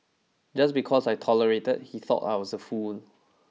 just because I tolerated he thought I was a fool